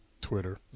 Twitter